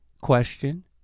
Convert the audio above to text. question